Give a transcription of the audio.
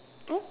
oh